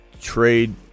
trade